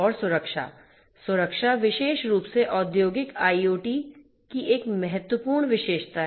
और सुरक्षा सुरक्षा विशेष रूप से औद्योगिक IoT की एक महत्वपूर्ण विशेषता है